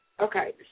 Okay